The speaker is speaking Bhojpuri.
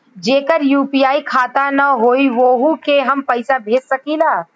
जेकर यू.पी.आई खाता ना होई वोहू के हम पैसा भेज सकीला?